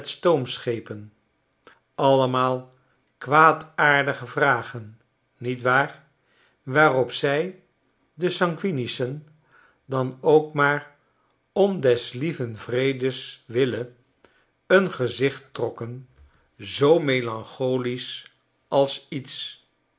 stoomschepen allemaal kwaadaardige vragen niet waar waarop zij de sanguinischen dan ook maar om des lieven vredes wille een gezicht trokken zoo melancholisch als iets